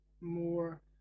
more